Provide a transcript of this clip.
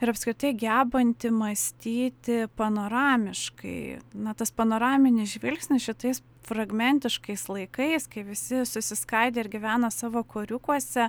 ir apskritai gebanti mąstyti panoramiškai na tas panoraminis žvilgsnis šitais fragmentiškais laikais kai visi susiskaidę ir gyvena savo koriukuose